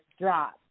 dropped